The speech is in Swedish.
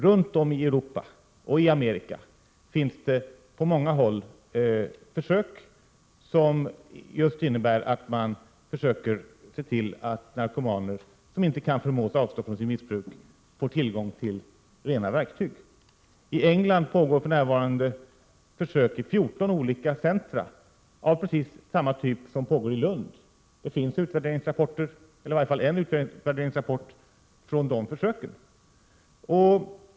Runt om i Europa och i Amerika görs det på många håll försök som just innebär att man ser till att erbjuda narkomaner som inte kan förmås avstå från sitt missbruk tillgång till rena verktyg. I England pågår för närvarande i 14 olika centra försök av precis samma typ som pågår i Lund. Det finns en utvärderingsrapport från de försöken.